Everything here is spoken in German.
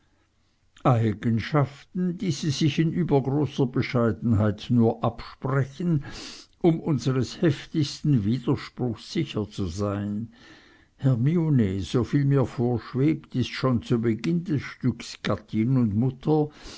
eigenschaften die sie sich in übergroßer bescheidenheit nur absprechen um unseres heftigsten widerspruchs sicher zu sein hermine soviel mir vorschwebt ist schon zu beginn des stücks gattin und mutter